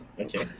okay